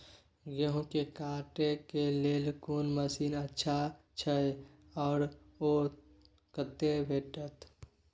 गेहूं के काटे के लेल कोन मसीन अच्छा छै आर ओ कतय भेटत?